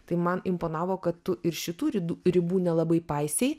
tai man imponavo kad ir šitų ridų ribų nelabai paisei